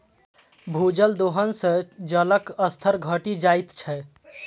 भूजल दोहन सं जलक स्तर घटि जाइत छै